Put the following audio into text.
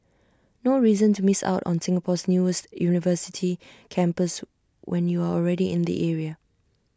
no reason to miss out on Singapore's newest university campus when you're already in the area